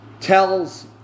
tells